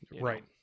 right